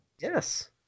Yes